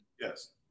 Yes